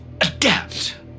adapt